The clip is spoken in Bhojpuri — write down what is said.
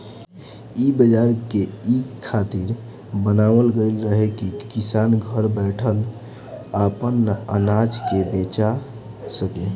इ बाजार के इ खातिर बनावल गईल रहे की किसान घर बैठल आपन अनाज के बेचा सके